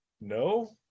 no